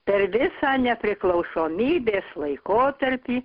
per visą nepriklausomybės laikotarpį